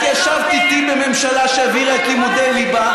את ישבת איתי בממשלה שהעבירה את לימודי הליבה.